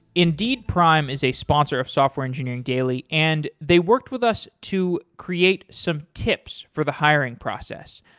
indeed prime is a sponsor of software engineering daily and they worked with us to create some tips for the hiring process.